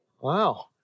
Wow